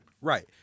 Right